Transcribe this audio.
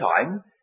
time